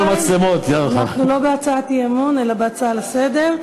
אנחנו לא בהצעת אי-אמון אלא בהצעה לסדר-היום.